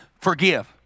Forgive